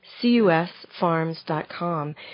cusfarms.com